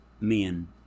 men